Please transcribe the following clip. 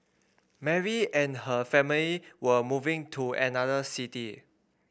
Mary and her family were moving to another city